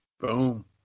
Boom